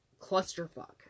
clusterfuck